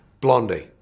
Blondie